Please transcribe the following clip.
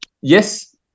Yes